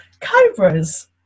cobras